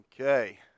Okay